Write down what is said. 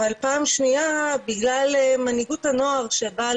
אבל פעם שנייה בגלל מנהיגות הנוער שבאה